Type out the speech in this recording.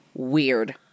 weird